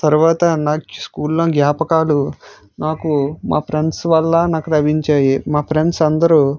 తర్వాత నాకు స్కూల్లో జ్ఞాపకాలు నాకు మా ఫ్రెండ్స్ వల్ల నాకు లభించాయి మా ఫ్రెండ్స్ అందరు